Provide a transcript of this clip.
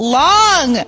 long